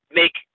make